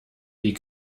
die